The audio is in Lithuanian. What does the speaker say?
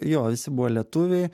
jo visi buvo lietuviai